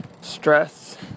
stress